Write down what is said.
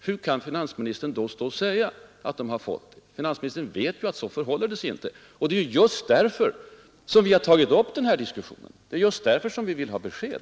Hur kan finansministern då stå och säga att de har fått det? Finansministern vet ju att så förhåller det sig inte. Och det är just mot den bakgrunden som vi har tagit upp den här diskussionen och vill ha besked.